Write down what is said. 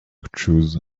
choose